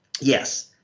yes